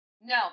No